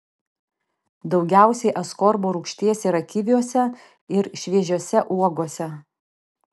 daugiausiai askorbo rūgšties yra kiviuose ir šviežiose uogose